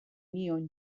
nion